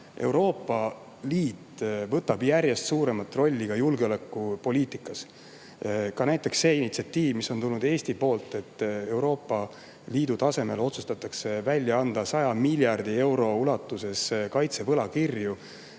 Euroopa Liidul on järjest suurem roll julgeolekupoliitikas. Ka näiteks see initsiatiiv, mis on tulnud Eestilt, et Euroopa Liidu tasemel otsustatakse välja anda 100 miljardi euro ulatuses kaitsevõlakirju